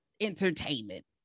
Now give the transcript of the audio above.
entertainment